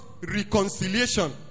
reconciliation